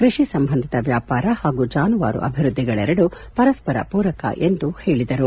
ಕೃಷಿ ಸಂಬಂಧಿತ ವ್ಯಾಪಾರ ಹಾಗೂ ಜಾನುವಾರಿ ಅಭಿವೃದ್ದಿಗಳೆರಡೂ ಪರಸ್ಪರ ಪೂರಕ ಎಂದು ಹೇಳದರು